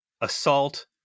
assault